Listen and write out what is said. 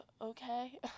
okay